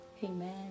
Amen